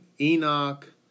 Enoch